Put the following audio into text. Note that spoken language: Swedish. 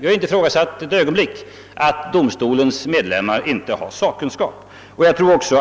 ett ögonblick betvivlar att domstolens med-- lemmar har sakkunskap. Jag tror också.